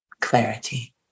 clarity